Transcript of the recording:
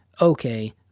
Okay